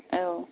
औ